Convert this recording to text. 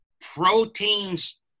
proteins